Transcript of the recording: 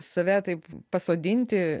save taip pasodinti